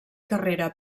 carrera